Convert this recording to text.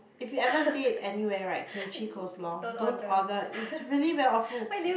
if you ever see it anywhere right Kimchi coleslaw don't order it's really very awful